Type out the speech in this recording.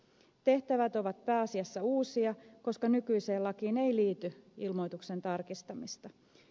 tehtävät ovat pääasiassa uusia koska nykyiseen lakiin ei liity ilmoituksen tarkistamista